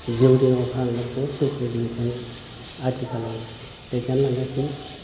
जिउ दिङायाव आङो बुहुत दुखुनि गेजेरजों आथिखालाव दैदेनलांगासिनो